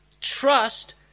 trust